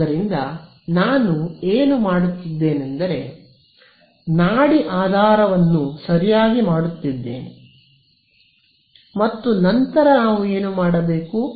ಆದ್ದರಿಂದ ನಾನು ಏನು ಮಾಡುತ್ತಿದ್ದೇನೆಂದರೆ ನಾನು ನಾಡಿ ಆಧಾರವನ್ನು ಸರಿಯಾಗಿ ಮಾಡುತ್ತಿದ್ದೇನೆ ಮತ್ತು ನಂತರ ನಾವು ಏನು ಮಾಡಬೇಕು